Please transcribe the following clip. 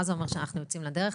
מה זה אומר שאנחנו יוצאים לדרך?